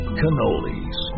cannolis